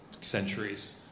centuries